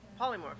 polymorph